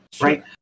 right